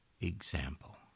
example